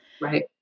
Right